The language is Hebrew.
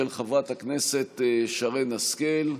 של חברת הכנסת שרן השכל.